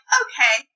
okay